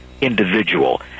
individual